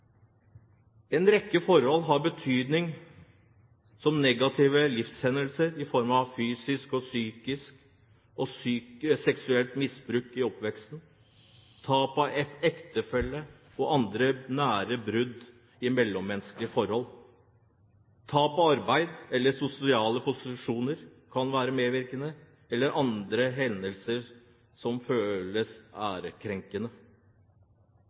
En rekke forhold har betydning, som negative livshendelser i form av fysisk, psykisk og seksuelt misbruk i oppveksten, tap av ektefelle og andre nære brudd i mellommenneskelige forhold. Tap av arbeid eller sosiale posisjoner eller andre hendelser som føles ærekrenkende,